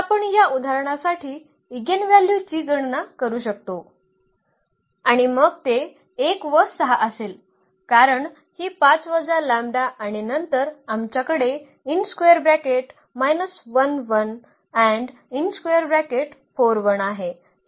तर आपण या उदाहरणासाठी ईगेनव्हल्यूजची गणना करू शकतो आणि मग ते 1 व 6 असेल कारण ही 5 वजा लंबडा आणि नंतर आमच्याकडे आहे ही कल्पना सोपी आहे